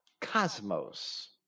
cosmos